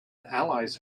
allies